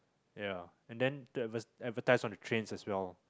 yeah and then the advertise on the trains as well